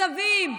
ניצבים,